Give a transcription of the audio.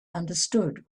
understood